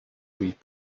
read